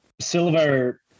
silver